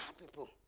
people